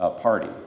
party